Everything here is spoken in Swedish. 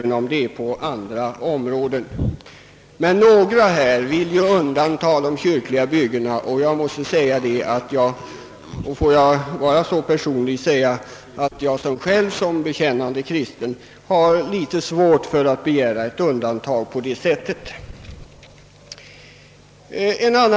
Några ledamöter har begärt undantag för kyrkliga byggen. Trots att jag själv är bekännande kristen har jag svårt för att instämma i en sådan begäran.